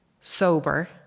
sober